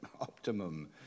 optimum